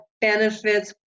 benefits